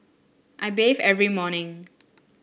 I bathe every morning